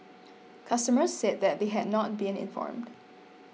customers said that they had not been informed